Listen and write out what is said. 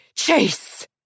chase